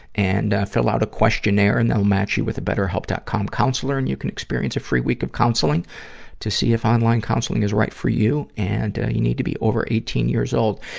and, ah, fill out a questionnaire, and they'll match you with a betterhelp. com counselor and you can experience a free week of counseling to see if online counseling is right for you. and, ah, you need to be over eighteen years old.